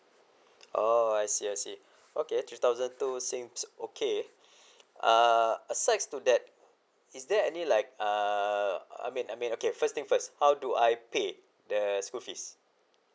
oh I see I see okay three thousand two seems okay uh asides to that is there any like err I mean I mean okay first thing first how do I paid there's school fees